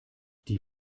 die